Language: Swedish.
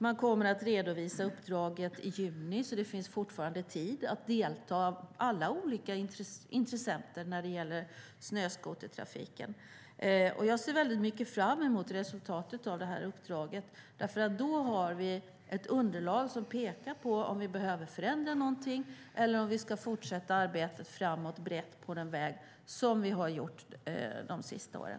Man kommer att redovisa uppdraget i juni, så det finns fortfarande tid för alla olika intressenter att delta. Jag ser fram emot resultatet av uppdraget. Då kommer vi att ha ett underlag som pekar på om vi behöver förändra något eller om vi ska fortsätta arbetet framåt på den väg som vi har följt de senaste åren.